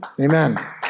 amen